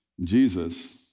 Jesus